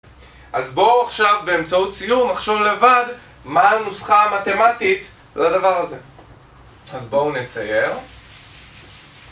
אז בואו עכשיו באמצעות ציור נחשוב לבד מה הנוסחה המתמטית לדבר הזה אז בואו נצייר